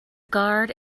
guard